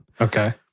Okay